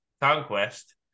Conquest